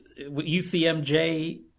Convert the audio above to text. UCMJ